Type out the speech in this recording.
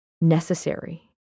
necessary